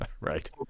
Right